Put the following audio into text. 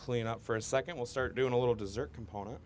cleanup for a second we'll start doing a little dessert component